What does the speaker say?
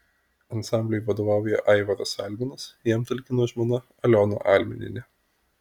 ansambliui vadovauja aivaras alminas jam talkina žmona aliona alminienė